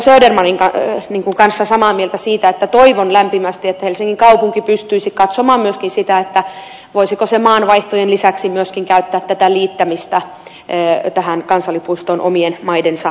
södermanin kanssa samaa mieltä siitä että toivon lämpimästi että helsingin kaupunki pystyisi katsomaan myöskin sitä voisiko se maanvaihtojen lisäksi myöskin käyttää tätä omien maidensa liittämistä kansallispuistoon